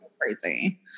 crazy